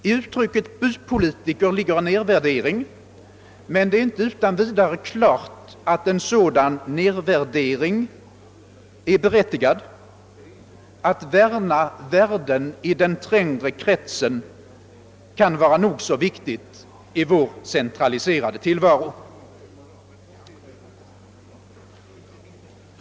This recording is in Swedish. I uttrycket bypolitiker ligger en nedvärdering, men det är inte utan vidare klart att en sådan nedvärdering är berättigad. Att värna värden i den trängre sfären kan vara nog så viktigt i vår centraliserade tillvaro.